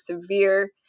severe